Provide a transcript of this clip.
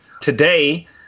Today